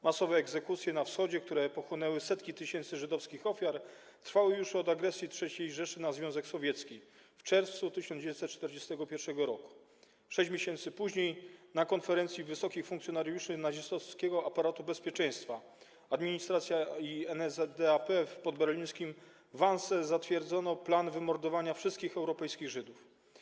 Masowe egzekucje na wschodzie, które pochłonęły setki tysięcy żydowskich ofiar, trwały już od agresji III Rzeszy na Związek Sowiecki w czerwcu 1941 r. 6 miesięcy później, na konferencji wysokich funkcjonariuszy nazistowskiego aparatu bezpieczeństwa, administracji i NSDAP w podberlińskim Wannsee zatwierdzono plan wymordowania wszystkich europejskich Żydów.